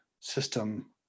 system